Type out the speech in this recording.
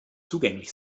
zugänglich